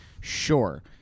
Sure